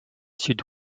sud